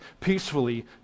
peacefully